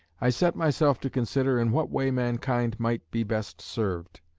i set myself to consider in what way mankind might be best served,